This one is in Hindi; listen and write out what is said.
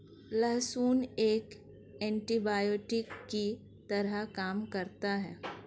लहसुन एक एन्टीबायोटिक की तरह काम करता है